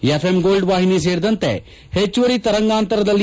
FM Gold ವಾಹಿನಿ ಸೇರಿದಂತೆ ಪೆಚ್ಚುವರಿ ತರಂಗಾಂತರದಲ್ಲಿ